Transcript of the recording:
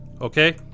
Okay